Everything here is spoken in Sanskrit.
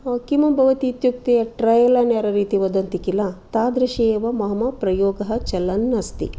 किमभवत् इत्युक्ते अत्र ट्रयल् एण्ड् एरर् वदन्ति खिल तादृशी एव मम प्रयोगः चलन् अस्ति